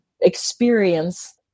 experience